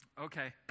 Okay